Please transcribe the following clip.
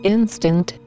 Instant